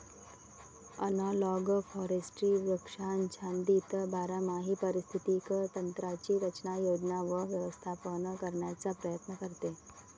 analogue forestry वृक्षाच्छादित बारमाही पारिस्थितिक तंत्रांची रचना, योजना व व्यवस्थापन करण्याचा प्रयत्न करते